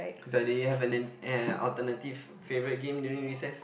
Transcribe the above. you have an uh alternative favourite game during recess